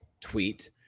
tweet